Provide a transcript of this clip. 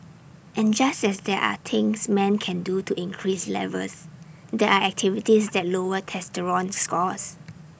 and just as there are things men can do to increase levels there are activities that lower testosterone scores